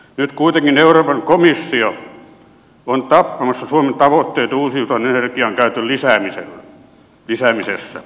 nyt kuitenkin euroopan komissio on tappamassa suomen tavoitteet uusiutuvan energian käytön lisäämisessä